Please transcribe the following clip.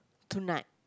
tonight